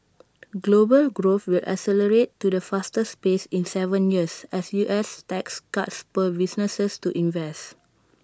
global growth will accelerate to the fastest pace in Seven years as U S tax cuts spur businesses to invest